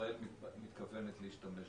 ישראל מתכוונת להשתמש בגז,